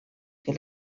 que